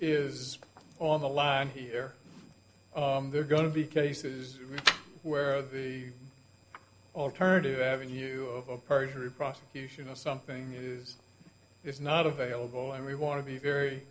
is on the line here they're going to be cases where the alternative to having you of perjury prosecution of something use is not available and we want to be very